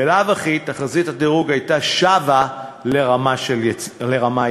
בלאו הכי תחזית הדירוג הייתה שבה לרמה יציבה.